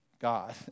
God